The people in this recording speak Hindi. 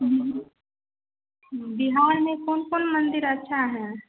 बिहार में कौन कौन मंदिर अच्छा है